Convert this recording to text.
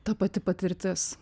ta pati patirtis